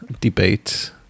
debate